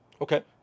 Okay